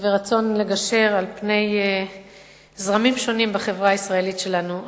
ורצון לגשר על פני זרמים שונים בחברה הישראלית שלנו.